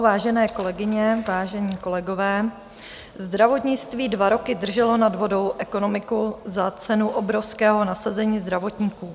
Vážené kolegyně, vážení kolegové, zdravotnictví dva roky drželo nad vodou ekonomiku za cenu obrovského nasazení zdravotníků.